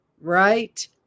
right